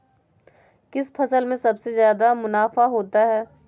किस फसल में सबसे जादा मुनाफा होता है?